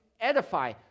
edify